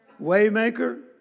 Waymaker